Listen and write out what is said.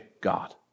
God